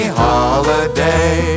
holiday